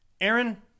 Aaron